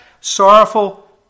sorrowful